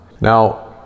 now